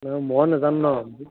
মই নাজানো ন